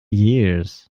years